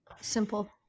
simple